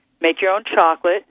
make-your-own-chocolate